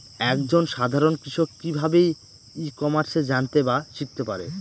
এক জন সাধারন কৃষক কি ভাবে ই কমার্সে জানতে বা শিক্ষতে পারে?